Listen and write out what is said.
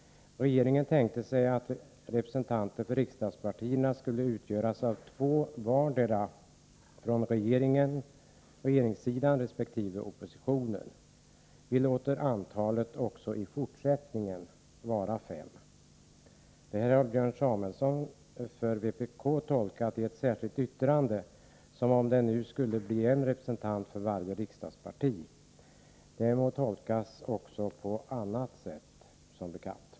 Regeringen tänkte sig att representanterna för riksdagspartierna skulle utgöras av två vardera från regeringssidan resp. oppositionen. Utskottet förordar att antalet representanter också i fortsättningen skall vara fem. Detta har Björn Samuelson för vpk i ett särskilt yttrande tolkat så, att det nu skall bli en representant för varje riksdagsparti. Det må tolkas också på annat sätt, som bekant.